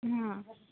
हां